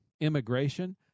immigration